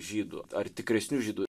žydu ar tikresniu žydu